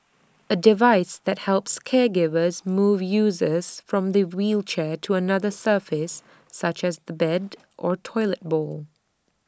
A device that helps caregivers move users from the wheelchair to another surface such as the bed or toilet bowl